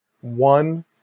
one